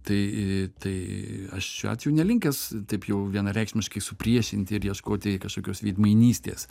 tai i tai aš šiuo atveju nelinkęs taip jau vienareikšmiškai supriešinti ir ieškoti kažkokios veidmainystės